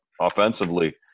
offensively